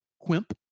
Quimp